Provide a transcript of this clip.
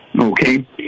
Okay